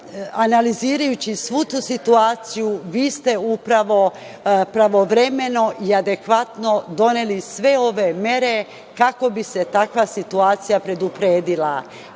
ljudi. Analizirajući svu tu situaciju vi ste upravo pravovremeno i adekvatno doneli sve ove mere kako bi se takva situacija predupredila.